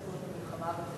המלחמה,